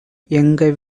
எங்க